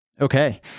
Okay